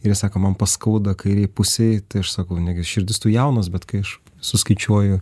ir jie sako man paskauda kairei pusei tai aš sakau negi širdis tų jaunas bet kai aš suskaičiuoju